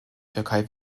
türkei